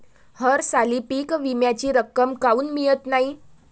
हरसाली पीक विम्याची रक्कम काऊन मियत नाई?